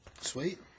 Sweet